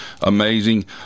amazing